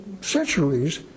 centuries